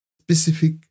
specific